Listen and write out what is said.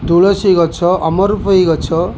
ତୁଳସୀ ଗଛ ଅମରପୋଇ ଗଛ